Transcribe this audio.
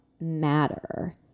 matter